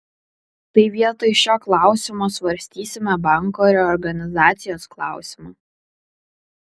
tai vietoj šio klausimo svarstysime banko reorganizacijos klausimą